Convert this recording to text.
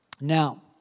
Now